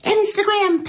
Instagram